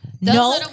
no